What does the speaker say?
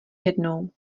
jednou